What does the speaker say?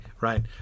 right